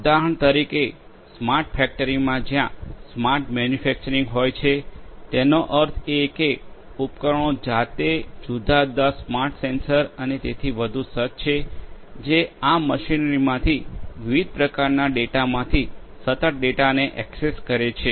ઉદાહરણ તરીકે સ્માર્ટ ફેક્ટરીમાં જ્યાં સ્માર્ટ મેન્યુફેક્ચરિંગ હોય છે તેનો અર્થ એ કે ઉપકરણો જાતે જુદા જુદા સ્માર્ટ સેન્સર અને તેથી વધુ સજ્જ છે જે આ મશીનરીમાંથી વિવિધ પ્રકારનાં ડેટામાંથી સતત ડેટાને એક્સેસ કરે છે